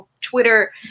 twitter